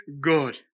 good